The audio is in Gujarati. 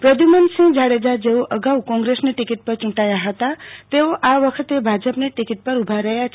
પ્રધ્યુમનસિંહ જાડેજા જેઓ અગાઉ કોંગ્રેસની ટીકીટ પર ચૂંટાયા હતા તેઓ આ વખતે ભાજપની ટીકીટ પર ઉભા રહ્યા છે